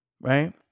Right